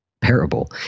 parable